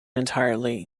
entirely